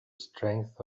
strength